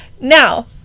Now